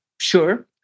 Sure